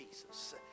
Jesus